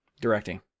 directing